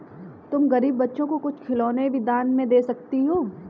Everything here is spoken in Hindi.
तुम गरीब बच्चों को कुछ खिलौने भी दान में दे सकती हो